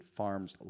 farms